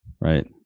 right